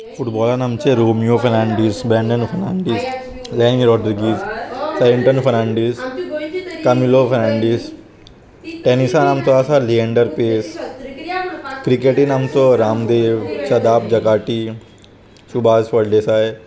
फुटबॉलान आमचे रोमियो फर्नांडीस ब्रँडन फर्नांडीस लेनी रोड्रीगीज सेरीटन फर्नांडीस कामिलो फर्नांडीस टॅनिसान आमचो आसा लियेंडर पेस क्रिकेटीन आमचो रामदेव सदाब जगाटी शुभाष फळदेसाय